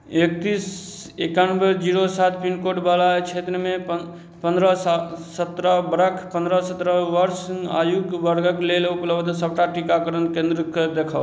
एकतीस एकानबे जीरो सात पिन कोड वला क्षेत्रमे पन्द्रह सत्रह बरख पन्द्रह सत्रह वर्ष आयु वर्गक लेल उपलब्ध सबटा टीकाकरण केन्द्रके देखाउ